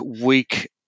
Week